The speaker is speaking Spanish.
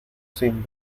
sin